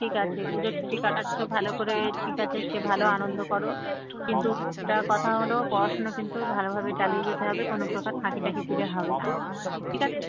ঠিক আছে পুজোর ছুটি কাটাচ্ছো ভালো করে ঠিক আছে সে ভালো আনন্দ করো কিন্তু একটা কথা হলো পড়াশুনো কিন্তু ভালোভাবে চালিয়ে যেতে হবে কোনো প্রকার ফাঁকি টাকি দিলে হবে না ঠিক আছে